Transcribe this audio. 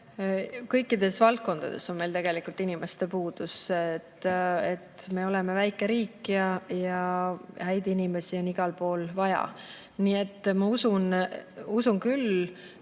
Kõikides valdkondades on meil tegelikult inimeste puudus. Me oleme väike riik ja häid inimesi on igal pool vaja. Aga ma usun, et iga